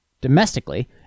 domestically